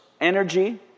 energy